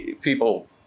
People